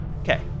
Okay